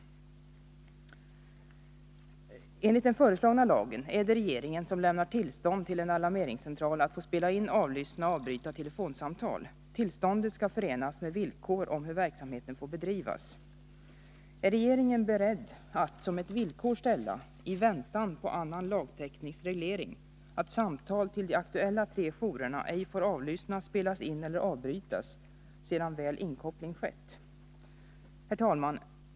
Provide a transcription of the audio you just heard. Enligt den föreslagna lagen är det regeringen som skall lämna tillstånd till Tillståndet skall förenas med villkor om hur verksamheten får bedrivas. Är Torsdagen den regeringen beredd att — i väntan på annan lagteknisk reglering — som ett 26 november 1981 villkor ställa att samtal till de tre aktuella jourerna ej får avlyssnas, spelas in eller avbrytas sedan väl inkoppling skett? Herr talman!